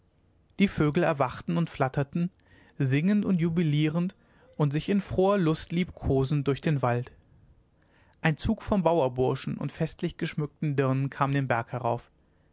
die vögel erwachten und flatterten singend und jubilierend und sich in froher lust liebkosend durch den wald ein zug von bauerburschen und festlich geschmückter dirnen kam den berg herauf